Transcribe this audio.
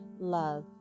love